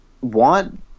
want